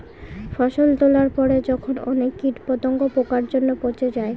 ফসল তোলার পরে যখন অনেক কীট পতঙ্গ, পোকার জন্য পচে যায়